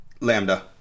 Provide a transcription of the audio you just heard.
Lambda